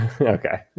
okay